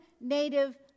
native